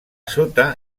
sota